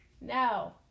No